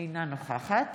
אינה נוכחת